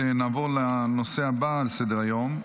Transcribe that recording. נעבור לנושא הבא על סדר-היום,